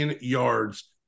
yards